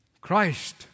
Christ